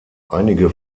einige